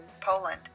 Poland